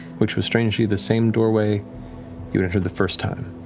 which was strangely the same doorway you entered the first time,